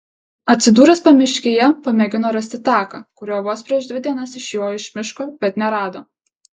atsidūręs pamiškėje pamėgino rasti taką kuriuo vos prieš dvi dienas išjojo iš miško bet nerado